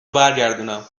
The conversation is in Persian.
برگردونم